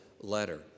letter